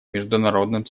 международным